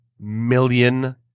million